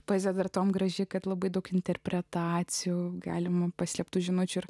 poezija tartum graži kad labai daug interpretacijų galimų paslėptų žinučių